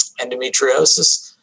endometriosis